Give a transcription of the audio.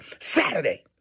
Saturday